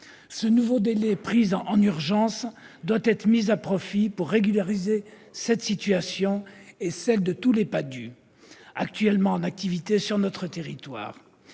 Ce nouveau délai, décidé en urgence, doit être mis à profit pour régulariser leur situation et celle de tous les PADHUE actuellement en activité sur notre territoire.